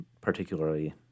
particularly